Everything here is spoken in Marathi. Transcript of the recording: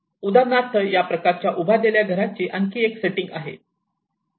आता उदाहरणार्थ या प्रकारच्या उभारलेल्या घराची आणखी एक सेटिंग आहे